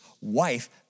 wife